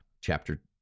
chapter